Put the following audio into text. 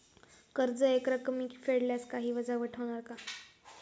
कर्ज एकरकमी फेडल्यास काही वजावट होणार का?